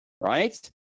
right